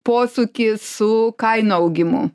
posūkį su kainų augimu